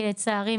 כי לצערי,